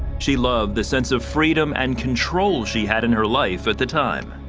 she loved the sense of freedom and control she had in her life at the time.